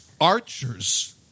archers